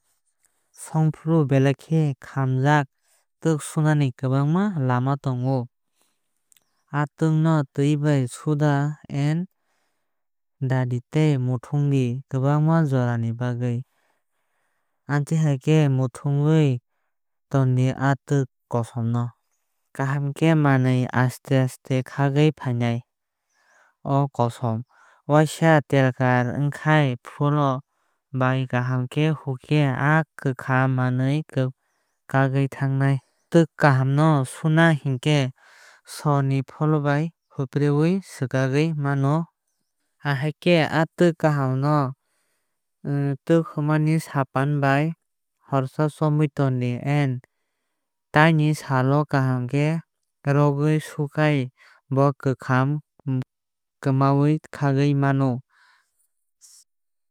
Songfru belai kheno khamjak twk suna ni kwbanngma lama tongo. Aa twkgo tui bai soda no dadi tei muthungdi kwbangma jorani bagwi. Amtwui muthung khe kwkham mawi aste aste kagwi fainai. Waisa telkar wngkhai folo bai kaham khe hukhe aa kwkham manwui kagwi thanai. Twk kwkham no suna hinkhe sor ni folo bai hupre ui swkagwi mano. Ahaikhe aa twk kwkham no twk humani saban bai horsa chamui tondi tei taini sal o kaham khe ragwi sukhai bo kwkham manui kagwui mano.